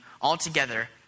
altogether